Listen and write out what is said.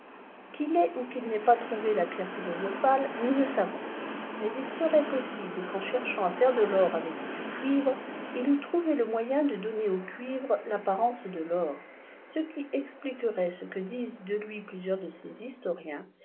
qu'il ait ou qu'il n'ait pas trouvé la pierre philosophale nous ne savons mais il serait possible qu'en cherchant à faire de l'or avec du cuivre il eût trouvé le moyen de donner au cuivre l'apparence de l'or ce qui expliquerait ce que disent de lui plusieurs de ses historiens